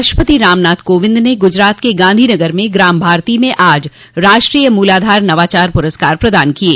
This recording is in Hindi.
राष्ट्रपति रामनाथ कोविंद ने गुजरात के गांधीनगर में ग्राम भारती में आज राष्ट्रीय मूलाधार नवाचार पुरस्कार प्रदान किये